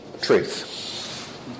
truth